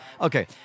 okay